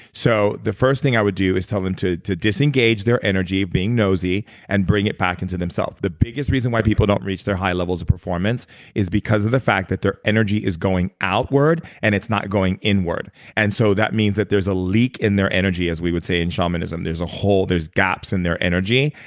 so the first thing i would do is tell them to to disengage their energy being nosy and bring it back into themselves. the biggest reason why people don't reach their high levels of performance is because of the fact that their energy is going outward. and it's not going inward and so that means that there's a leak in their energy as we would say in shamanism there's a hole. there's gaps in their energy.